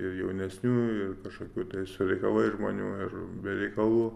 ir jaunesniųjų ir kažkokių tais su reikalais žmonių ir be reikalų